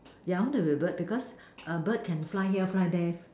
yeah I want to be a bird because bird can fly here fly there